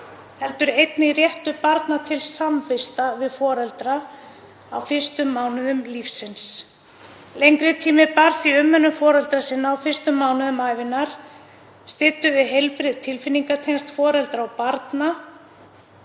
heldur einnig réttur barna til samvista við foreldra á fyrstu mánuðum lífsins. Lengri tími barns í umönnun foreldra sinna á fyrstu mánuðum ævinnar styddi við heilbrigð tilfinningatengsl foreldra og barna